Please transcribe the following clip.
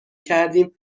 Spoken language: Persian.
کردیم